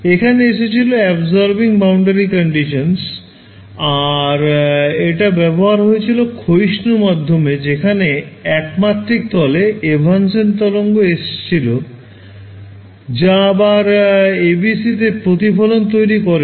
এখানে এসেছিল absorbing boundary conditions আর এটা ব্যবহার হয়েছিল ক্ষয়িষ্ণু মাধ্যমে যেখানে একমাত্রিক তলে এভান্সেন্ত তরঙ্গ এসেছিল যা আবার ABC তে প্রতিফলন তৈরি করে নি